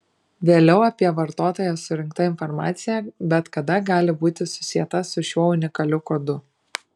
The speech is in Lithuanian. vėliau apie vartotoją surinkta informacija bet kada gali būti susieta su šiuo unikaliu kodu